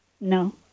No